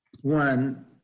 One